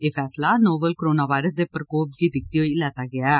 एह् फैसला novel coronavirus दे प्रकोप गी दिक्खदे होई लैता गेआ ऐ